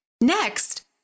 Next